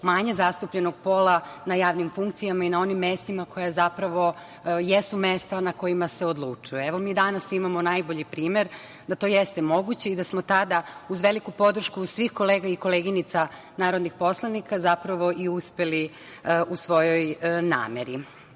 manje zastupljenog pola na javnim funkcijama i na onim mestima koja zapravo jesu mesta na kojima se odlučuje. Evo, mi danas imamo najbolji primer da to jeste moguće i da smo tada, uz veliku podršku svih kolega i koleginica narodnih poslanika, zapravo i uspeli u svojoj nameri. Jedna